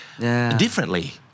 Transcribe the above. differently